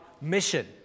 mission